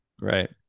Right